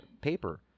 paper